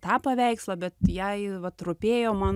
tą paveikslą bet jai vat rūpėjo man